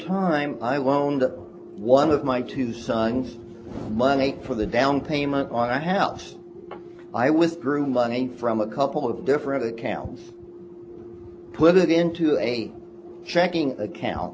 time i won't one of my two sons money for the down payment on the health i withdrew money from a couple of different accounts put it into a checking account